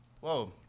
Whoa